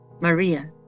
Maria